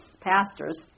pastors